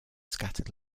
scattered